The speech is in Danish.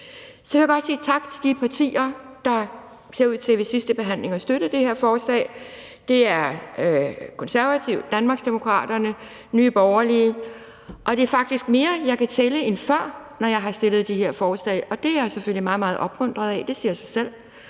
Så vil jeg godt sige tak til de partier, der ser ud til ved sidstebehandlingen at støtte det her forslag. Det er Konservative, Danmarksdemokraterne og Nye Borgerlige. Det er faktisk mere, jeg kan tælle til, end når jeg før har fremsat de her forslag, og det er jeg jo selvfølgelig meget, meget opmuntret af. Det siger sig selv.